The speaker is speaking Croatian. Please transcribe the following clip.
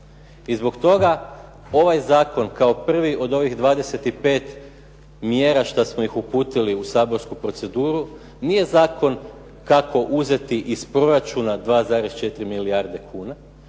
I zbog toga ovaj zakon kao prvi od ovih 25 mjera što smo ih uputili u saborsku proceduru nije zakon kako uzeti iz proračuna 2,4 milijarde kuna,